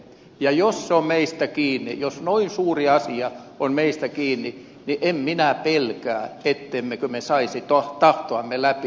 ja jos se on meistä kiinni jos noin suuri asia on meistä kiinni niin en minä pelkää ettemmekö me saisi tahtoamme läpi